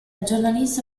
giornalista